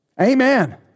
amen